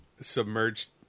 submerged